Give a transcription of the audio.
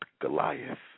Goliath